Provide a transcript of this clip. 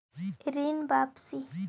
ऋण वापसी?